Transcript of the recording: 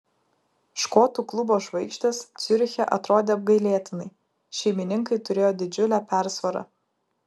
škotų klubo žvaigždės ciuriche atrodė apgailėtinai šeimininkai turėjo didžiulę persvarą